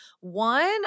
One